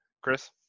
Chris